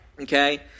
okay